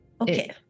Okay